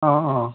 অ অ